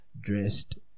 dressed